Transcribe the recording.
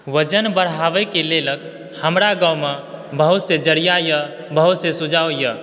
वजन बढ़ाबै के लेल हमरा गाँव मे बहुत ज़रिया यऽ बहुत से सुझाव यऽ